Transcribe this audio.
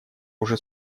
уже